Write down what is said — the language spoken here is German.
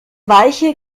weiche